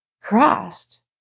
Christ